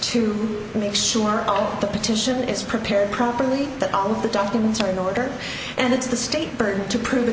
to make sure all the petition is prepared properly that all of the documents are in order and that's the state bird to prove